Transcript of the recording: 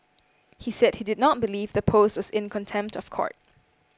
he said he did not believe the post was in contempt of court